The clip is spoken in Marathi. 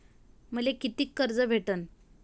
मले कितीक कर्ज भेटन?